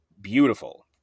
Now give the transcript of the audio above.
beautiful